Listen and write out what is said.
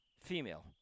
female